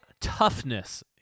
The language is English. toughness